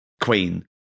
queen